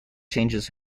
changes